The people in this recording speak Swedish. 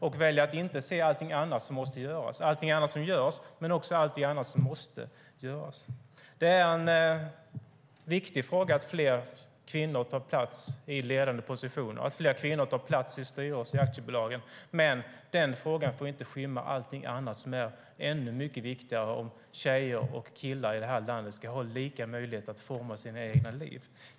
Han väljer att inte se allting annat som måste göras och allting annat som görs. Det är en viktig fråga att fler kvinnor tar plats på ledande positioner och att fler kvinnor tar plats i styrelsen i aktiebolagen, men den frågan får inte skymma allting som är ännu mycket viktigare, om tjejer och killar i det här landet ska ha lika möjlighet att forma sina egna liv.